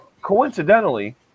coincidentally